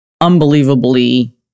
unbelievably